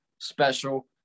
special